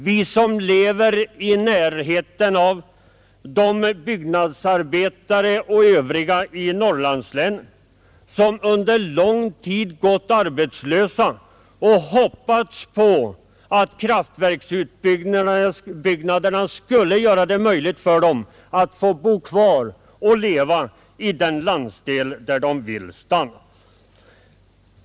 Vi lever också i närheten av de byggnadsarbetare och övriga i Norrlandslänen som under lång tid gått arbetslösa och hoppats på att kraftverksutbyggnaderna skulle göra det möjligt för dem att få bo kvar i den landsdel där de vill stanna.